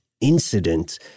incident –